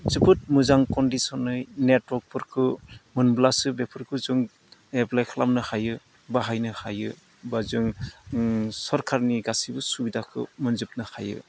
जोबोद मोजां कन्दिसनै नेटवर्कफोरखौ मोनब्लासो बेफोरखौ जों एफ्लाय खालामनो हायो बाहायनो हायो बा जोङो सोरखारनि गासैबो सुबिदाखौ मोनजोबनो हायो